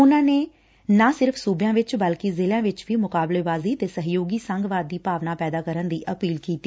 ਉਨਾਂ ਨੇ ਨਾ ਸਿਰਫ਼ ਸੁਬਿਆਂ ਚ ਬਲਕਿ ਜ਼ਿਲ਼ਿਆਂ ਚ ਵੀ ਮੁਕਾਬਲੇਬਾਜ਼ੀ ਤੇ ਸਹਿਕਾਰੀ ਸੰਘਵਾਦ ਦੀ ਭਾਰਵਨਾ ਪੈਦਾ ਕਰਨ ਦੀ ਅਪੀਲ ਕੀਤੀ